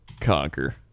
conquer